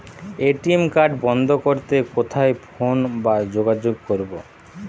ATM card বন্ধ করতে কোথায় ফোন বা যোগাযোগ করব?